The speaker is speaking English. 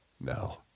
no